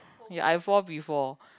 ya I fall before